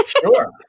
Sure